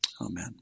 Amen